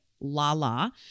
Lala